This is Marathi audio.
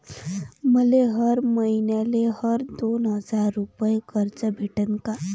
मले हर मईन्याले हर दोन हजार रुपये कर्ज भेटन का?